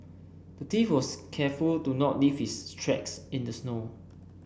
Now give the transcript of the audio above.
the thief was careful to not leave his tracks in the snow